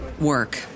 work